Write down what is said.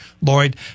Lloyd